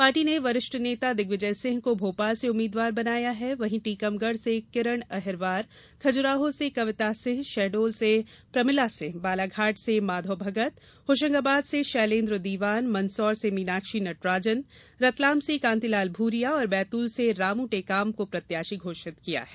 party ने वरिष्ठ नेता दिग्विजय सिंह को भोपाल से उम्मीदवार बनाया है वहीं टीकमगढ़ से किरण अहिरवार खजुराहो से कविता सिंह शहडोल से प्रमिला सिंह बालाघाट से माधोभगत होशंगाबाद से शैलेंद्र दीवान मंदसौर से मीनाक्षी नटराजन रतलाम से कांतिलाल भूरिया और बैतूल से रामू टेकाम को प्रत्याशी घोषित किया है